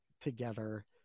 together